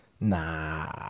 nah